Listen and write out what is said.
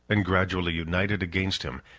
and gradually united against him,